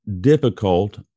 difficult